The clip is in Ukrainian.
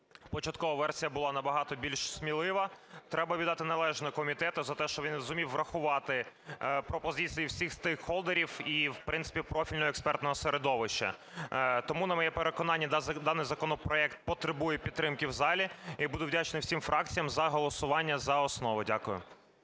початкова версія була на багато більш смілива, треба віддати належне комітету за те, що він зумів врахувати пропозиції всіх стейкхолдерів і, в принципі, профільного експертного середовища. Тому, на моє переконання, даний законопроект потребує підтримки в залі. І буду вдячний всім фракціям за голосування за основу. Дякую.